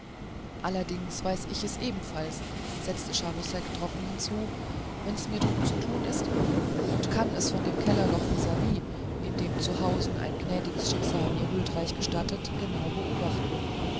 allerdings weiß ich es ebenfalls setzte charousek trocken hinzu wenn's mir drum zu tun ist und kann es von dem kellerloch vis vis in dem zu hausen ein gnädiges schicksal mir huldreichst gestattet genau beobachten